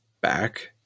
back